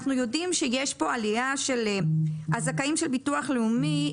אנחנו יודעים שיש פה עלייה בהנחה שיקבלו הזכאים של ביטוח לאומי.